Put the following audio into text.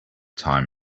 time